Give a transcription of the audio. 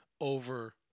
over